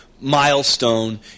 milestone